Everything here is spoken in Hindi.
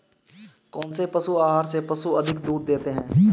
कौनसे पशु आहार से पशु अधिक दूध देते हैं?